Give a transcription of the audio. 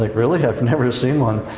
like really? i've never seen one.